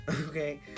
okay